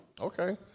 Okay